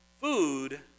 food